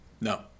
No